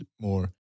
more